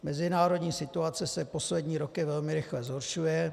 Mezinárodní situace se poslední roky velmi rychle zhoršuje.